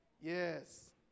yes